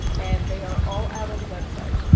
and they are all out on the website,